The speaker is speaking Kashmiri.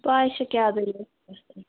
پَے چھا کیٛاہ دٔلیٖل چھَس